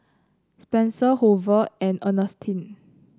Spencer Hoover and Ernestine